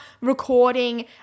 recording